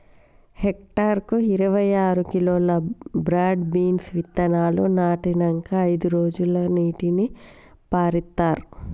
hectare కు ఇరవై ఆరు కిలోలు బ్రాడ్ బీన్స్ విత్తనాలు నాటినంకా అయిదు రోజులకు నీటిని పారిత్తార్